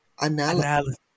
analysis